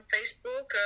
Facebook